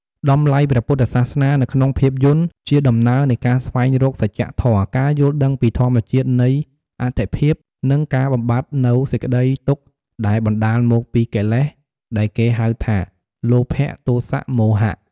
តម្លៃព្រះពុទ្ធសាសនានៅក្នុងភាពយន្ត ជាដំណើរនៃការស្វែងរកសច្ចធម៌ ការយល់ដឹងពីធម្មជាតិនៃអត្ថិភាព និងការបំបាត់នូវសេចក្តីទុក្ខដែលបណ្តាលមកពីកិលេស ដែលគេហៅថា លោភៈ ទោសៈ មោហៈ។